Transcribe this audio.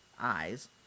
eyes